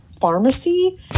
pharmacy